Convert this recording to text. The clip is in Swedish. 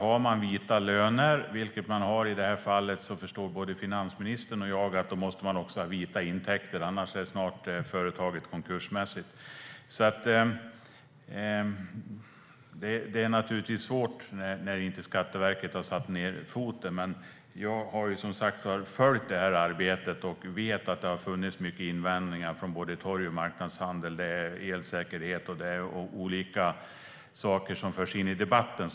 Har man vita löner, vilket man har i det här fallet, förstår både finansministern och jag att man också måste ha vita intäkter. Annars är företaget snart konkursmässigt. Det är naturligtvis svårt när Skatteverket inte har satt ned foten, men jag har som sagt följt det här arbetet och vet att det har funnits många invändningar från både torg och marknadshandel. Elsäkerhet och andra saker förs in i debatten.